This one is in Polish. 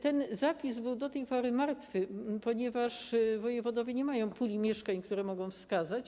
Ten zapis był do tej pory martwy, ponieważ wojewodowie nie mają puli mieszkań, które mogą wskazać.